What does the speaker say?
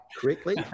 correctly